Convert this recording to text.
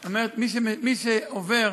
אני אומר, מי שעובר